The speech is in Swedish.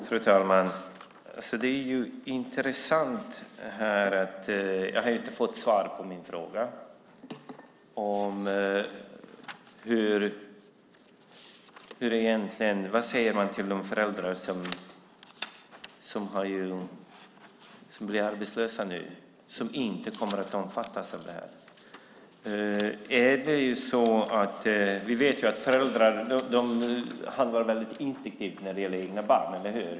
Fru talman! Jag har inte fått svar på min fråga om vad man säger till de föräldrar som blir arbetslösa och inte kommer att omfattas av detta. Föräldrar handlar instinktivt när det gäller de egna barnen.